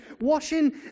washing